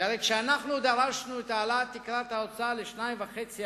כי הרי כשאנחנו דרשנו את העלאת תקרת ההוצאה ל-2.5%,